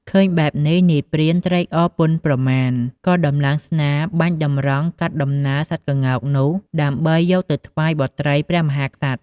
ឃើញបែបនេះ នាយព្រានត្រេកអរពន់ប្រមាណ ក៏ដំឡើងស្នាបាញ់តម្រង់កាត់ដំណើរសត្វក្ងោកនោះដើម្បីយកទៅថ្វាយបុត្រីព្រះមហាក្សត្រ។